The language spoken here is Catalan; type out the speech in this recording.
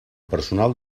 personal